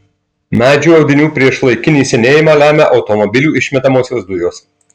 medžių audinių priešlaikinį senėjimą lemia automobilių išmetamosios dujos